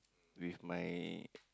with my